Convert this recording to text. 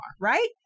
right